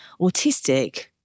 autistic